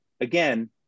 again